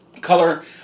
color